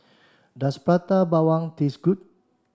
does Prata Bawang taste good